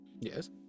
Yes